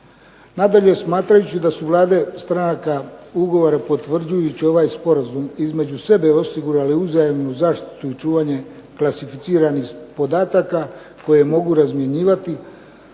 Nadalje, smatrajući da su Vlade stranka ugovora potvrđujući ovaj sporazum između sebe osigurale uzajamnu zaštitu i čuvanje klasificiranih podataka koje mogu razmjenjivati